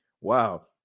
wow